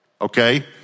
Okay